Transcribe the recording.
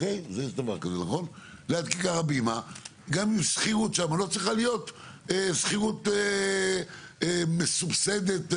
גם שכירות שם לא צריכה להיות שכירות מסובסדת,